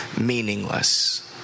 meaningless